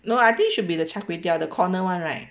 no I think should be the char kway teow the corner [one] right